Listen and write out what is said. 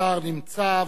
השר נמצא,